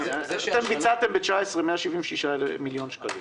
ב-2019 ביצעתם 176 מיליון שקל.